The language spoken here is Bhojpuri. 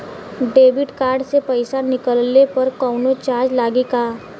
देबिट कार्ड से पैसा निकलले पर कौनो चार्ज लागि का?